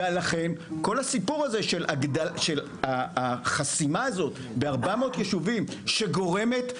ולכן כל הסיפור הזה של החסימה הזאת ב-400 ישובים שגורמת,